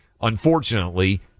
Unfortunately